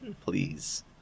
please